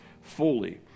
fully